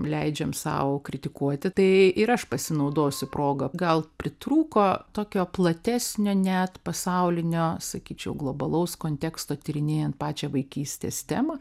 leidžiam sau kritikuoti tai ir aš pasinaudosiu proga gal pritrūko tokio platesnio net pasaulinio sakyčiau globalaus konteksto tyrinėjant pačią vaikystės temą